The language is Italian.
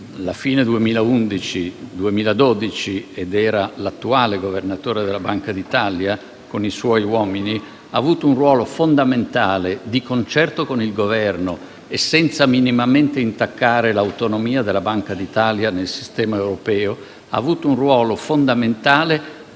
e il 2012 (era l'attuale Governatore della Banca d'Italia, con i suoi uomini), ha avuto un ruolo fondamentale, di concerto con il Governo e senza minimamente intaccare l'autonomia della Banca d'Italia nel sistema europeo, per portare